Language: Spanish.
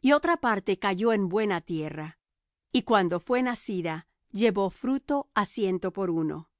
y otra parte cayó en buena tierra y cuando fué nacida llevó fruto á ciento por uno